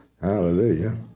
Hallelujah